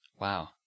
Wow